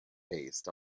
based